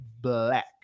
black